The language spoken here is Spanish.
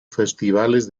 festivales